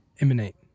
Emanate